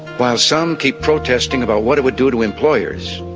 while some keep protesting about what it would do to employers,